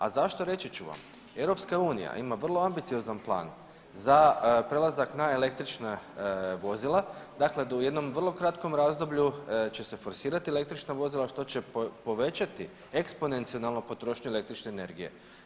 A zašto reći ću vam, EU ima vrlo ambiciozan plan za prelazak na električna vozila dakle da u jednom vrlo kratkom razdoblju će se forsirati električna vozila što će povećati eksponencijalno potrošnju električne energije.